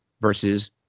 versus